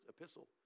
epistle